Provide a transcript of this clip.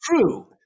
true